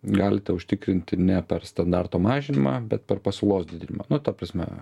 galite užtikrinti ne per standarto mažinimą bet per pasiūlos didinimą nu ta prasme